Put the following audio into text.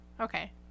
okay